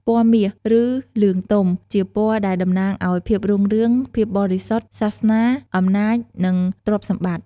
ពណ៌មាស ឬ លឿងទុំ ជាពណ៌ដែលតំណាងឱ្យ ភាពរុងរឿង ភាពបរិសុទ្ធ (សាសនា) អំណាច និង ទ្រព្យសម្បត្តិ។